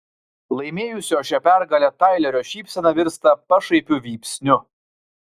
laimėjusio šią pergalę tailerio šypsena virsta pašaipiu vypsniu